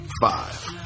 five